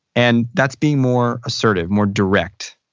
and that's being more assertive, more direct.